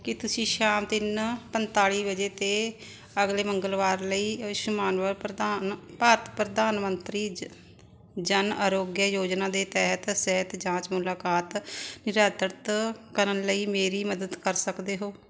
ਕੀ ਤੁਸੀਂ ਸ਼ਾਮ ਤਿੰਨ ਪੰਤਾਲੀ ਵਜੇ 'ਤੇ ਅਗਲੇ ਮੰਗਲਵਾਰ ਲਈ ਆਯੁਸ਼ਮਾਨ ਪ੍ਰਧਾਨ ਭਾਰਤ ਪ੍ਰਧਾਨ ਮੰਤਰੀ ਜ ਜਨ ਆਰੋਗਯ ਯੋਜਨਾ ਦੇ ਤਹਿਤ ਸਿਹਤ ਜਾਂਚ ਮੁਲਾਕਾਤ ਨਿਰਧਾਰਤ ਕਰਨ ਲਈ ਮੇਰੀ ਮਦਦ ਕਰ ਸਕਦੇ ਹੋ